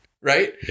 Right